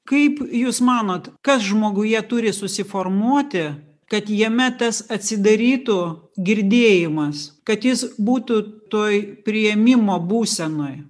kaip jūs manot kas žmoguje turi susiformuoti kad jame tas atsidarytų girdėjimas kad jis būtų toj priėmimo būsenoj